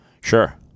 Sure